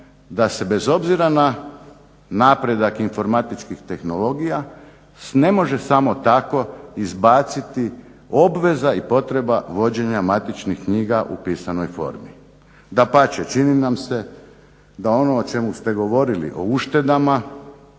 da se bez obzira na napredak informatičkih tehnologija ne može samo tako izbaciti obveza i potreba vođenja matičnih knjiga u pisanoj formi. Dapače, čini nam se da ono o čemu ste govorili, o uštedama